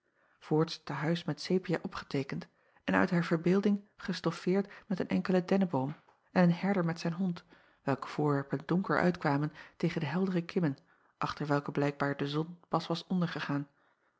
voorts te huis met sepia opgeteekend en uit haar verbeelding gestoffeerd met een enkelen denneboom en een herder met zijn hond welke voorwerpen donker uitkwamen tegen de heldere kimmen achter welke blijkbaar de zon pas was